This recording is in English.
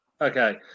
Okay